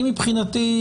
אני מבחינתי,